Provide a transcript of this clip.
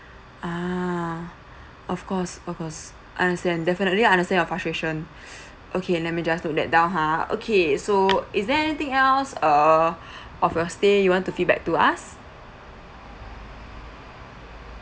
ah of course of course understand definitely understand your frustration okay let me just note that down ha okay so is there anything else err of your stay you want to feedback to us